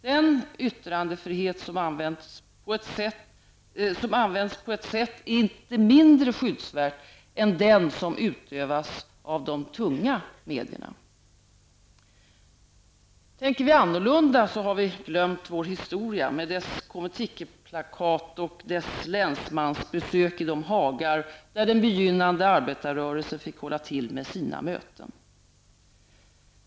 Den yttrandefrihet som används på så sätt är inte mindre skyddsvärd än den som utövas av de tunga medierna. Tänker vi annorlunda har vi glömt vår histoia -- med dess konventikelplakat och dess länsmansbesök i de hagar där den begynnande arbetarrörelsen fick hålla till med sina möten.